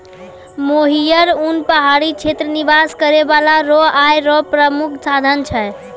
मोहियर उन पहाड़ी क्षेत्र निवास करै बाला रो आय रो प्रामुख साधन छै